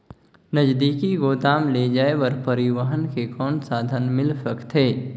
नजदीकी गोदाम ले जाय बर परिवहन के कौन साधन मिल सकथे?